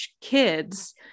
kids